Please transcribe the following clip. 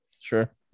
sure